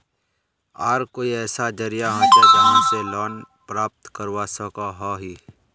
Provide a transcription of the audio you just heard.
आर कोई ऐसा जरिया होचे जहा से लोन प्राप्त करवा सकोहो ही?